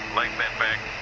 leg bent back.